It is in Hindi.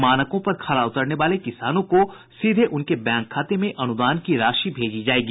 मानकों पर खरा उतरने वाले किसानों को सीधे उनके बैंक खाते में अनुदान की राशि भेजी जायेगी